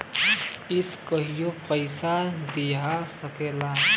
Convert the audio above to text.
इसे कहियों पइसा दिया सकला